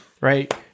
Right